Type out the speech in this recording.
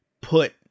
put